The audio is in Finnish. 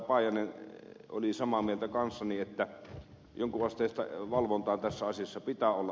paajanen oli samaa mieltä kanssani että jonkunasteista valvontaa tässä asiassa pitää olla